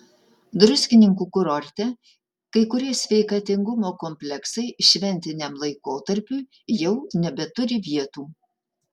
druskininkų kurorte kai kurie sveikatingumo kompleksai šventiniam laikotarpiui jau nebeturi vietų